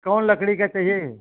कौन लकड़ी का चाहिए